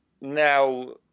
now